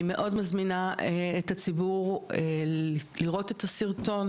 אני מאוד מזמינה את הציבור לראות את הסרטון,